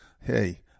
hey